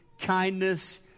kindness